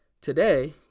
today